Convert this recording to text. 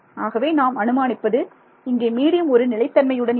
ஆகவே நாம் அனுமானிப்பது இங்கே மீடியம் ஒரு நிலைத் தன்மையுடன் இருக்கும்